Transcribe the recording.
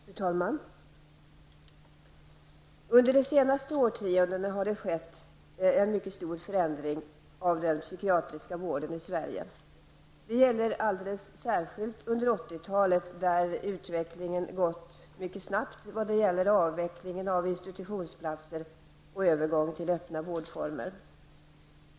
Fru talman! Under de senaste årtiondena har det skett en mycket stor förändring av den psykiatriska vården i Sverige. Det gäller alldeles särskilt under 80-talet, då utvecklingen har gått mycket snabbt i fråga om avvecklingen av institutionsplatser och en övergång till öppna vårdformer.